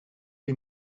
que